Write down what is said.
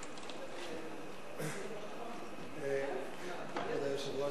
כבוד היושב-ראש,